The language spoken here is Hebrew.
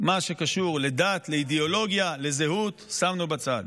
מה שקשור לדת, לאידיאולוגיה, לזהות, שמנו בצד.